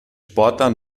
sportler